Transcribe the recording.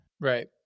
Right